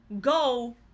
go